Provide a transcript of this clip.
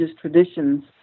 traditions